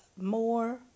more